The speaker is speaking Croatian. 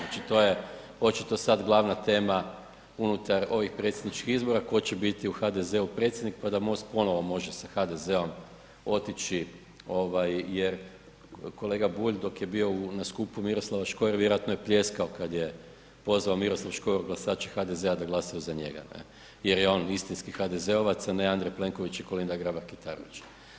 Znači, to je očito sad glavna tema unutar ovih predsjedničkih izbora, tko će biti u HDZ-u predsjednik pa da MOST ponovo može sa HDZ-om otići ovaj jer kolega Bulj dok je bio na skupu Miroslava Škore vjerojatno je pljeskao kad je pozvao Miroslav Škoro glasače HDZ-a da glasaju za njega ne, jer je on istinski HDZ-ovac, a ne Andrej Plenković i Kolinda Grabar Kitarović.